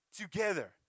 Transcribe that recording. together